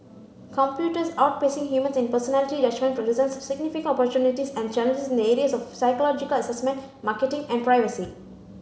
computers outpacing humans in personality judgement presents significant opportunities and challenges in the areas of psychological assessment marketing and privacy